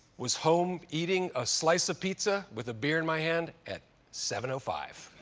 was home eating a slice of pizza with a beer in my hand at seven five.